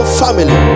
family